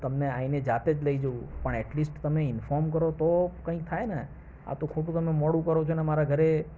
તમને આવીને જાતે જ લઈ જઉં પણ એટલીસ્ટ તમે ઇન્ફોર્મ કરો તો કંઈ થાયને આતો ખોટું તમે મોડું કરો છો ને મારા ઘરે